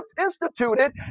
instituted